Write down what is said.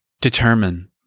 determine